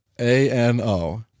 A-N-O